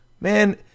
man